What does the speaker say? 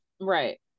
Right